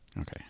Okay